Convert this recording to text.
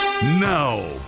Now